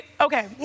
okay